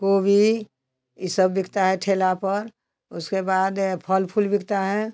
गोभी ये सब बिकता है ठेला पर उसके बाद फल फूल बिकता है